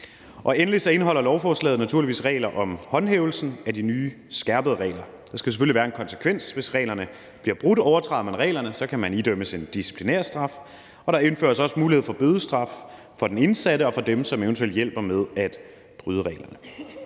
Endelig indeholder lovforslaget naturligvis regler om håndhævelsen af de nye skærpede regler. Der skal selvfølgelig være en konsekvens, hvis reglerne bliver brudt. Overtræder man reglerne, kan man idømmes en disciplinærstraf, og der indføres også mulighed for bødestraf for den indsatte og for dem, som evt. hjælper med at bryde reglerne.